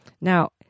Now